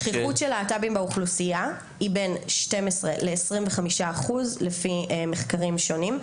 שכיחות של להט"בים באוכלוסייה היא בין 12% ל-25% לפי מחקרים שונים.